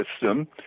system